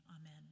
amen